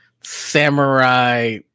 samurai